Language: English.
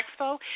expo